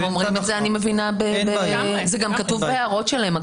זה גם כתוב בהערות שלהם,